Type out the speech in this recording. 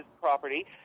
property